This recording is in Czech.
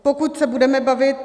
Pokud se budeme bavit...